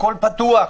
הכול פתוח,